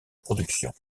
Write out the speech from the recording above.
production